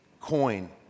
coin